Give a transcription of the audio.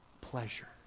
pleasure